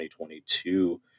2022